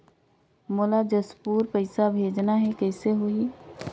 मोला जशपुर पइसा भेजना हैं, कइसे होही?